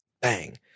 Bang